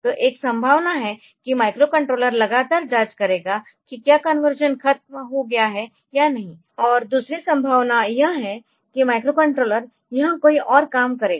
तो एक संभावना है कि माइक्रोकंट्रोलर लगातार जाँच करेगा कि क्या कन्वर्शन खत्म हो गया है या नहीं और दूसरी संभावना यह है कि माइक्रोकंट्रोलर यह कोई और काम करेगा